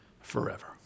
forever